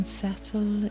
settle